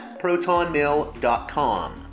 ProtonMail.com